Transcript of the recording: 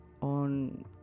on